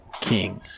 king